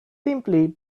simply